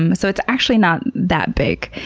um so it's actually not that big.